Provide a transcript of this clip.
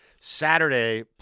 Saturday